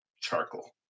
Charcoal